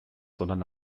sondern